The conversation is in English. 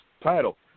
title